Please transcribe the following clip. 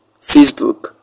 Facebook